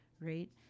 Right